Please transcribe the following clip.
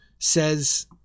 says